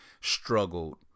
struggled